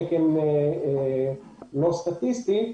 תקן לא סטטיסטי,